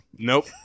Nope